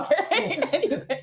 Okay